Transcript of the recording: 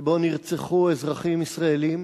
שבו נרצחו אזרחים ישראלים